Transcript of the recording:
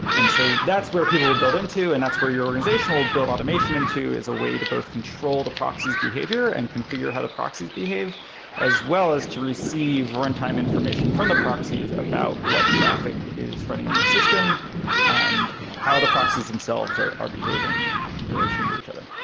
and so that's where people build into and that's where your organizational build automation into as a way to both control the proxy's behavior and configure how the proxies behave as well as to receive runtime information from the proxies about traffic is fronting in your system and how the proxies themselves are are behaving in relation to each other.